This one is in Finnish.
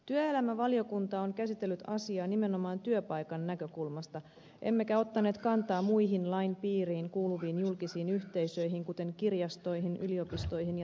työelämävaliokunta on käsitellyt asiaa nimenomaan työpaikan näkökulmasta emmekä ottaneet kantaa muihin lain piiriin kuuluviin julkisiin yhteisöihin kuten kirjastoihin yliopistoihin ja taloyhtiöihin